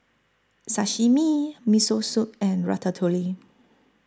Sashimi Miso Soup and Ratatouille